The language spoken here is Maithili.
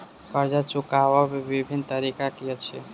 कर्जा चुकबाक बिभिन्न तरीका की अछि?